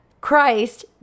Christ